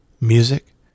music